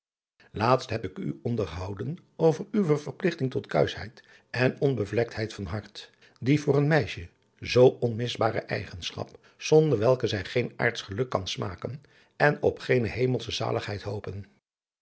laatst heb ik u onderhouden over uwe verpligting tot kuischheid en onbevlektheid van hart die voor een meisje zoo onmisbare eigenschap zonder welke zij geen aardsch geluk kan smaken en op geene hemelsche zaligheid hopen